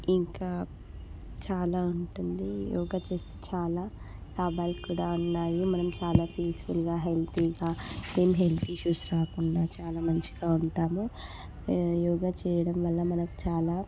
ఇంకా చాలా ఉంటుంది యోగా చేస్తే చాలా లాభాలు కూడా ఉన్నాయి మనం చాలా పీస్ఫుల్గా హెల్తీగా ఏం హెల్ట్ ఇష్యూస్ రాకుండా చాలా మంచిగా ఉంటాము యోగా చేయడం వల్ల మనకు చాలా